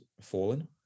fallen